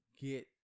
get